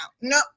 No